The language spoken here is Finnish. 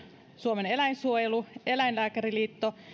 suomen eläinsuojelu eläinlääkäriliitto